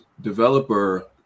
developer